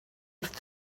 wrth